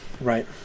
right